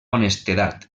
honestedat